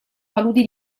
paludi